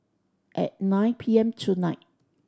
at nine P M tonight